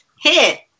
Hit